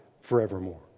forevermore